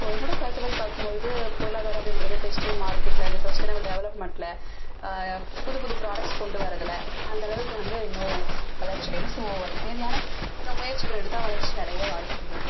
so என்னோடய கருத்துப்படி பார்க்கும் பொழுது பொருளாதாரம் அப்படின்றது டெஸ்டிங் மார்கெட்டில் அந்த சஸ்டனவல் டெவலப்மென்ட்டில் புதுப்புது ப்ராடக்ட்ஸ் கொண்டு வர்றதுல அந்த அளவுக்கு வந்து இன்னும் வளர்ச்சியடையலை ஸோ அதுக்குத் தேவையான இன்னும் முயற்சிகள் எடுத்தால் வளர்ச்சி அடைய வாய்ப்புள்ளது